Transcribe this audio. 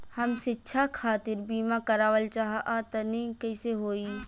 हम शिक्षा खातिर बीमा करावल चाहऽ तनि कइसे होई?